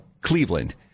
Cleveland